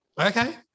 Okay